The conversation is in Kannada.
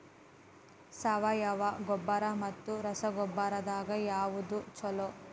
ಸಾವಯವ ಗೊಬ್ಬರ ಮತ್ತ ರಸಗೊಬ್ಬರದಾಗ ಯಾವದು ಛಲೋ?